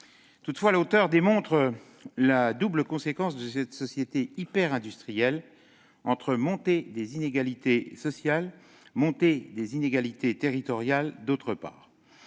Toutefois, l'auteur démontre la double conséquence de cette société hyper-industrielle, entre montée des inégalités sociales et croissance des inégalités territoriales. En ce qui